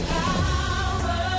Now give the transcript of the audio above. power